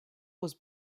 was